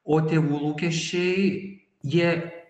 o tėvų lūkesčiai jie